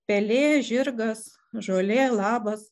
pelė žirgas žolė labas